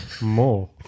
more